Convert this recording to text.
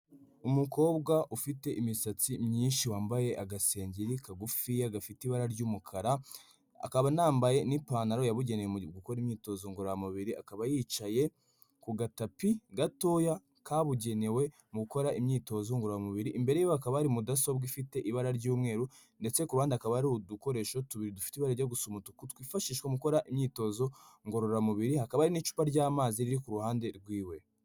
Umukobwa ufite imisatsi myinshi wambaye agasengeri kagufi gafite ibara ry'umukara, akaba anambaye n'ipantaro yabugene mu gukora imyitozo ngororamubiri akaba yicaye ku gatapi gatoya kabugenewe mu gukora imyitozo ngororamubiri, imbere ye hakaba hari mudasobwa ifite ibara ry'umweru ndetse ku ruhande hakaba hari udukoresho tubiri dufite ibara rijya gusa umutuku twifashishwa mu gukora imyitozo ngororamubiri, hakaba hari n'icupa ry'amazi riri ku ruhande rwiwe.